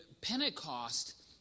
Pentecost